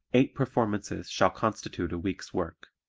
eight performances shall constitute a week's work.